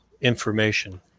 information